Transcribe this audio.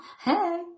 hey